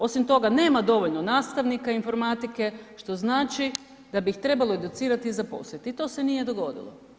Osim toga, nema dovoljno nastavnika informatike što znači da bi ih trebalo educirati i zaposliti i to se nije dogodilo.